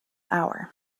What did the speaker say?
hour